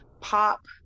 pop